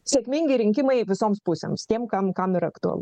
sėkmingi rinkimai visoms pusėms tiem kam kam yra aktualu